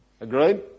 Agreed